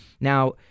Now